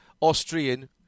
Austrian